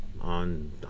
on